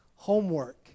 Homework